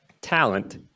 talent